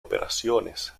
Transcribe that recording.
operaciones